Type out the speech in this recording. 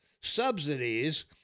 subsidies